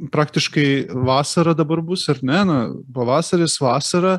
praktiškai vasarą dabar bus ar ne na pavasaris vasara